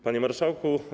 Panie Marszałku!